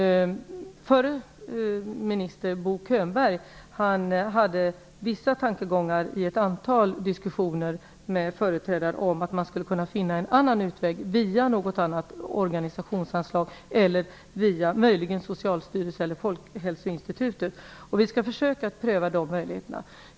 Förre ministern Bo Könberg hade vissa tankegångar i ett antal diskussioner med företrädare om att man skulle kunna finna en annan utväg via något annat organisationsanslag eller möjligen via Socialstyrelsen eller Folkhälsoinstitutet. Vi skall försöka att pröva de möjligheterna.